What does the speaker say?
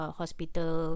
hospital